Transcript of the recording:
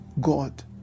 God